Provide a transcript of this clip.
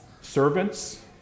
servants